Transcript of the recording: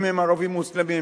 אם הם ערבים מוסלמים,